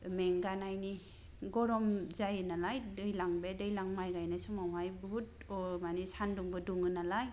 मेंगानायनि गरम जायो नालाय दैलां बे दैलां माइ गाइनाय समावहाय बहुत सानदुंबो दुंङो नालाय